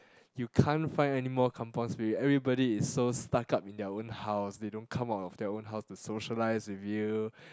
you can't find anymore kampung-spirit everybody is so stuck up in their own house they don't come out of their own house to socialize with you